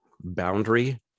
boundary